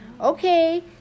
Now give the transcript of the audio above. Okay